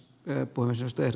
prepulan syster